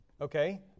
Okay